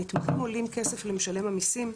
המתמחים עולים כסף למשלם המיסים,